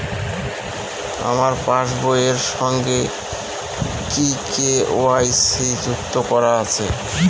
আমার পাসবই এর সঙ্গে কি কে.ওয়াই.সি যুক্ত করা আছে?